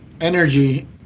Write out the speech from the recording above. energy